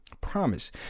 promise